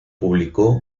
publicó